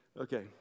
Okay